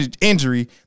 injury